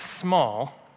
small